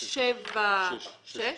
אייל, שים לב ב-(א), (ב) ו-(ג),